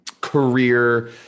career